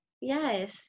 yes